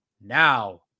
now